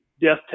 death